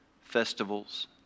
festivals